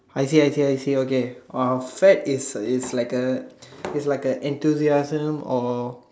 I see I see I see okay uh fad is is like a is like a enthusiasm or